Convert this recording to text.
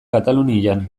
katalunian